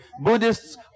Buddhists